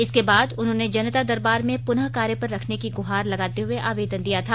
इसके बाद उन्होंने जनता दरबार में पुनः कार्य पर रखने की गुहार लगाते हुए आवेदन दिया था